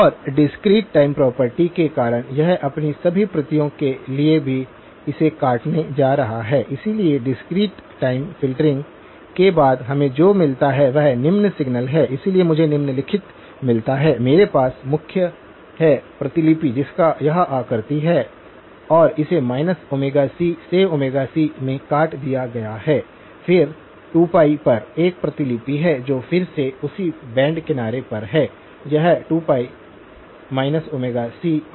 और discrete time property के कारण यह अपनी सभी प्रतियों के लिए भी इसे काटने जा रहा है इसलिए डिस्क्रीट टाइम फ़िल्टरिंग के बाद हमें जो मिलता है वह निम्न सिग्नल है इसलिए मुझे निम्नलिखित मिलता है मेरे पास मुख्य है प्रतिलिपि जिसकी यह आकृति है और इसे c से c में काट दिया गया है फिर 2π पर एक प्रतिलिपि है जो फिर से उसी बैंड किनारों पर है यह 2π c और 2πc है